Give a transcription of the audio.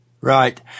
Right